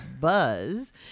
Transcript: buzz